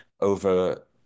over